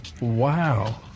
wow